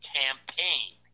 campaign